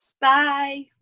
Bye